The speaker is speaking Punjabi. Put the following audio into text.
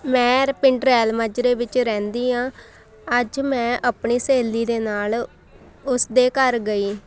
ਮੈਂ ਰ ਪਿੰਡ ਰੈਲ ਮਾਜਰੇ ਵਿੱਚ ਰਹਿੰਦੀ ਹਾਂ ਅੱਜ ਮੈਂ ਆਪਣੀ ਸਹੇਲੀ ਦੇ ਨਾਲ ਉਸਦੇ ਘਰ ਗਈ